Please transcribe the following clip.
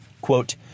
Quote